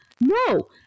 no